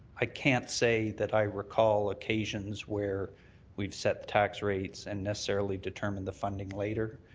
i can't say that i recall occasions where we've set tax rates and necessarily determined the funding later.